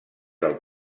del